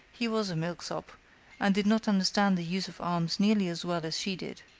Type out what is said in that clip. he was a milksop and did not understand the use of arms nearly as well as she did.